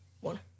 one